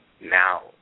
Now